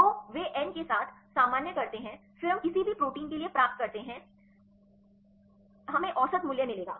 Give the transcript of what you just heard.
तो वे n के साथ सामान्य करते हैं फिर हम किसी भी प्रोटीन के लिए प्राप्त करते हैं I हमें औसत मूल्य मिलेगा